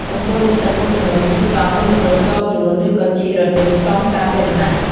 ចំពោះនិស្សិតមួយចំនួនជិះកង់ ឬម៉ូតូផ្ទាល់ខ្លួន ឬក៏ជិះរថយន្តក្រុងសាធារណៈ។